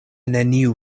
neniu